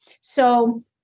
So-